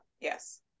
yes